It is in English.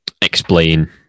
explain